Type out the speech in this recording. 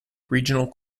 regional